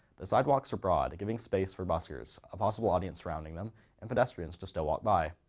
the sidewalks are broad giving space for buskers, a possible audience surrounding them and pedestrians to still walk by,